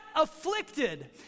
afflicted